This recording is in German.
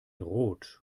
rot